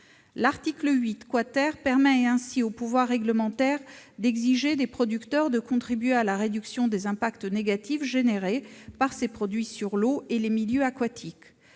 L'article 8 permet au pouvoir réglementaire d'exiger des producteurs de contribuer à la réduction des impacts négatifs générés par ces produits sur l'eau et les milieux aquatiques.